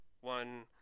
one